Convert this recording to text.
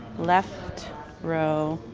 left row.